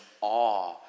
awe